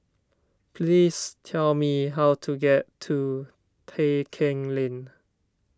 please tell me how to get to Tai Keng Lane